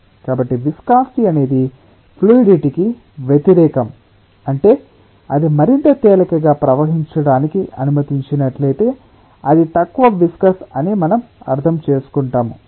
కాబట్టి విస్కాసిటి అనేది ఫ్లూయిడిటికి వ్యతిరేకం అంటే అది మరింత తేలికగా ప్రవహించటానికి అనుమతించినట్లయితే అది తక్కువ విస్కస్ అని మనం అర్థం చేసుకుంటాము